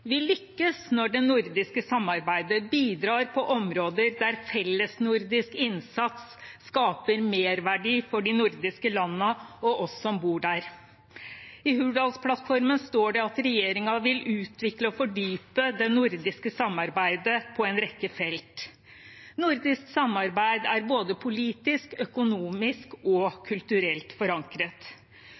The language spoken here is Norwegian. Vi lykkes når det nordiske samarbeidet bidrar på områder der fellesnordisk innsats skaper merverdi for de nordiske landene og oss som bor her. I Hurdalsplattformen står det at regjeringen vil utvikle og fordype det nordiske samarbeidet på en rekke felt. Nordisk samarbeid er både politisk, økonomisk og kulturelt forankret.